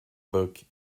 book